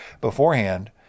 beforehand